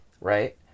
Right